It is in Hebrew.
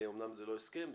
אמנם זה לא הסכם,